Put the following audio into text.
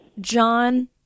John